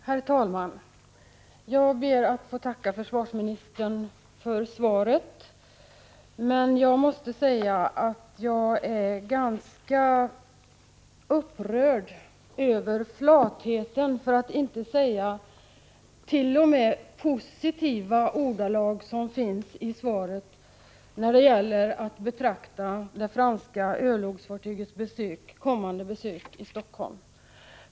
Herr talman! Jag ber att få tacka försvarsministern för svaret. Men jag måste säga att jag är ganska upprörd över flatheten — för att inte säga de positiva ordalagen — i svaret när det gäller sättet att betrakta det franska örlogsfartygets kommande besök i Helsingfors.